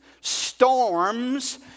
storms